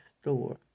store